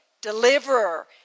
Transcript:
Deliverer